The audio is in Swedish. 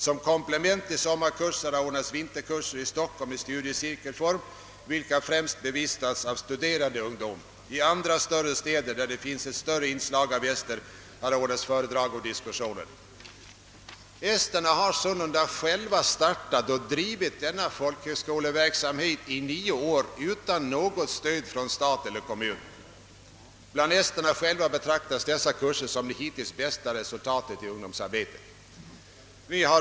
Som komplement till sommarkurser har ordnats vinterkurser i Stockholm i studiecirkelform, vilka främst bevistats av studerande ungdom. I andra större städer, där det finns mera betydande inslag av ester, har ordnats föredrag och diskussioner. Esterna har sålunda själva startat och drivit denna folkhögskoleverksamhet i nio år utan något stöd från stat eller kommun. Bland esterna själva betraktas dessa kurser som det hittills bästa resultatet av ungdomsarbetet.